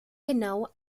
genau